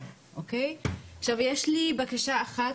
יש לי בקשה אחת,